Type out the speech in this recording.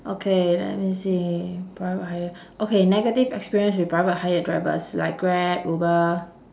okay let me see private hire okay negative experience with private hired drivers like grab uber